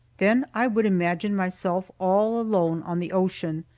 then i would imagine myself all alone on the ocean,